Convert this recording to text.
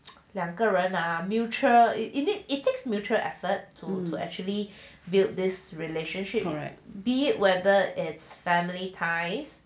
两个人 ah mutual it you need it takes mutual effort to actually build this relationship be whether it's family ties